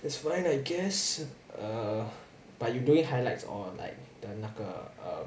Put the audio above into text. there's one I guess uh but you doing highlights or like the 那个 uh